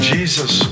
Jesus